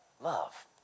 love